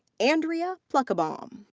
andrea pluckebaum.